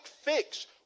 fix